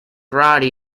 karate